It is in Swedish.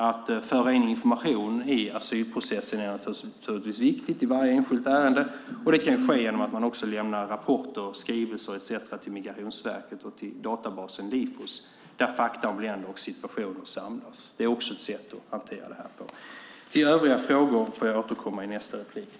Att föra in information i asylprocessen är naturligtvis viktigt i varje enskilt ärende, och det kan ske genom att man också lämnar rapporter, skrivelser etcetera till Migrationsverket och till databasen Lifos, där fakta om länder och situationer samlas. Det är också ett sätt att hantera det här på. Till övriga frågor får jag återkomma i nästa inlägg.